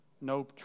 no